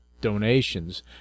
donations